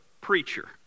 preacher